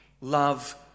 love